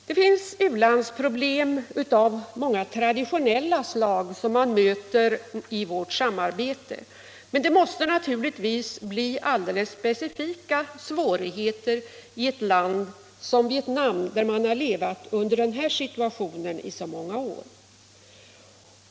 Det finns u-landsproblem av många traditionella slag som man möter i vårt samarbete. Men det måste naturligtvis bli alldeles specifika svå righeter i ett land som Vietnam där människor har levat i den här situationen under så många år.